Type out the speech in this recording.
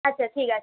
আচ্চা ঠিক আছে